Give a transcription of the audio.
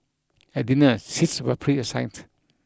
at dinner seats were preassigned